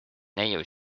neiu